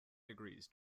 degrees